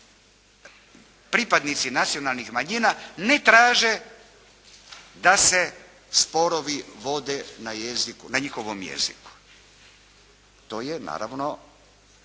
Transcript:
pripadnici nacionalnih manjina ne traže da se sporovi vode na njihovom jeziku. To je naravno